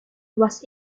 was